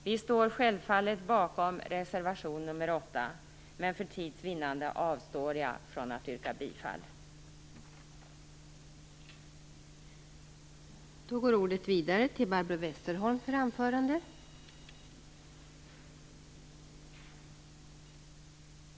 Vi står självfallet bakom reservation nr 8, men för tids vinnande avstår jag från att yrka bifall till den.